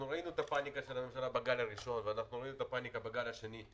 ראינו את הפניקה של הממשלה בגל הראשון ואנחנו רואים את הפניקה בגל השני.